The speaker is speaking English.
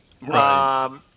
Right